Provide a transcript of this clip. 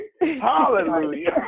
Hallelujah